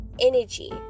energy